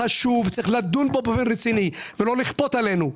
חשוב שצריך לדון בו באופן רציני ולא לכפות עלינו.